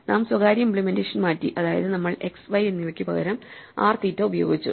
നാം സ്വകാര്യ ഇമ്പ്ലിമെന്റേഷൻ മാറ്റി അതായത് നമ്മൾ എക്സ് വൈ എന്നിവക്ക് പകരം R തീറ്റ ഉപയോഗിച്ചു